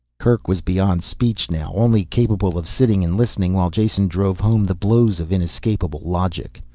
kerk was beyond speech now, only capable of sitting and listening while jason drove home the blows of inescapable logic.